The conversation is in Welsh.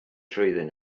trwyddyn